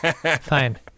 Fine